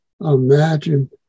imagine